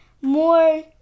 more